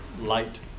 light